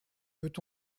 peut